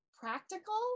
practical